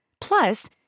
Plus